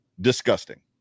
disgusting